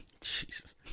Jesus